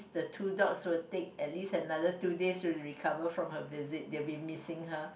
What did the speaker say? the two dogs will take at least another two days to recover from her visit they will be missing her